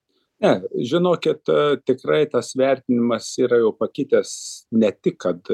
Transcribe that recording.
ne žinokit tikrai tas vertinimas yra jau pakitęs ne tik kad